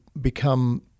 become